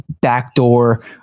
backdoor